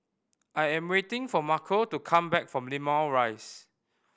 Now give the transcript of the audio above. I am waiting for Marco to come back from Limau Rise